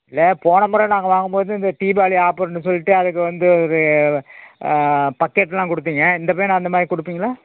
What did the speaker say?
இல்லை போனமுறை நாங்கள் வாங்கும்போது இந்த தீபாவளி ஆப்பர்ன்னு சொல்லிட்டு அதுக்கு வந்து ஒரு பக்கெட்லாம் கொடுத்தீங்க இந்த பயணம் அந்தமாதிரி கொடுப்பீங்களா